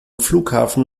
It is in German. flughafen